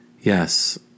Yes